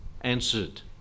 answered